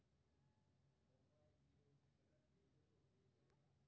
leverage एकटा निवेश या परियोजना शुरू करै खातिर लेल गेल उधारक पूंजी के उपयोग छियै